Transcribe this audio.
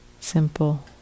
Simple